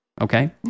Okay